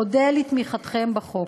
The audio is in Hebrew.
אודה על תמיכתכם בחוק.